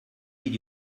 did